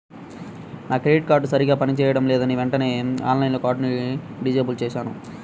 నా credit card సరిగ్గా పని చేయడం లేదని వెంటనే ఆన్లైన్లో కార్డుని డిజేబుల్ చేశాను